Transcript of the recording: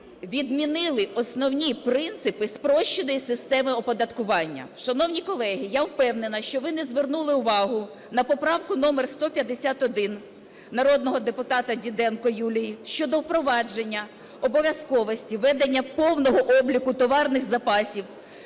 відмінили основні принципи спрощеної системи оподаткування. Шановні колеги, я впевнена, що ви не звернули увагу на поправку номер 151 народного депутата Діденко Юлії щодо впровадження обов'язковості ведення повного обліку товарних запасів